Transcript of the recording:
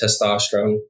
testosterone